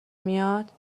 میاد